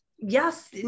yes